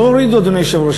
לא הורידו, אדוני היושב-ראש.